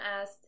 asked